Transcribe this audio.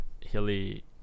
hilly